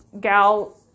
gal